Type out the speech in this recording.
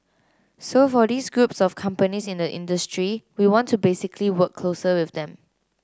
so for these groups of companies in the industry we want to basically work closer with them